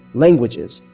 languages.